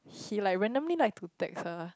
he like randomly like to text ah